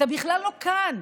אתה בכלל לא כאן.